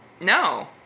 No